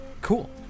cool